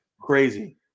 Crazy